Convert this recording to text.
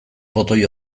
botoi